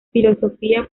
filosofía